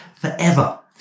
forever